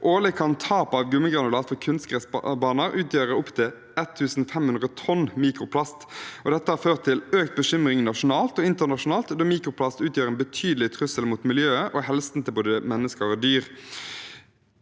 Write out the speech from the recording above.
Årlig kan tap av gummigranulat fra kunstgressbaner utgjøre opptil 1 500 tonn mikroplast. Dette har ført til økt bekymring nasjonalt og internasjonalt, da mikroplast utgjør en betydelig trussel mot miljøet og helsen til både mennesker og dyr.